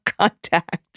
contact